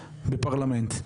בפרלמנט.